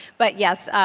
but yes,